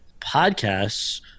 podcasts